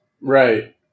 right